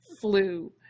flu